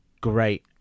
great